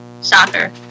soccer